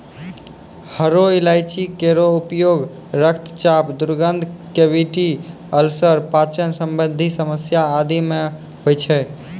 हरो इलायची केरो उपयोग रक्तचाप, दुर्गंध, कैविटी अल्सर, पाचन संबंधी समस्या आदि म होय छै